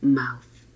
mouth